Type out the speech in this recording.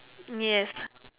yes